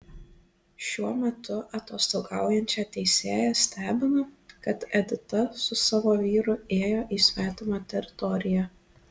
šiuo metu atostogaujančią teisėją stebina kad edita su savo vyru ėjo į svetimą teritoriją